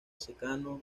secano